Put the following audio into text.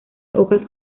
hojas